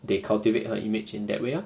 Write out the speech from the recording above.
they cultivate her image in that way lor